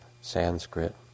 Sanskrit